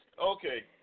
Okay